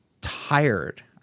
tired